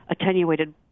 attenuated